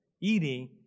eating